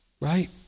right